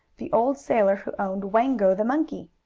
the old sailor who owned wango, the monkey.